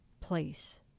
place